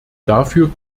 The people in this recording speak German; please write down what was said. dafür